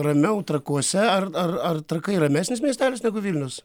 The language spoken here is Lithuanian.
ramiau trakuose ar ar trakai ramesnis miestelis negu vilnius